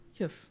yes